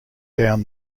down